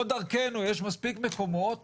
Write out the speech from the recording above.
לא דרכנו, יש מספיק מקומות